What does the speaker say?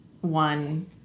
one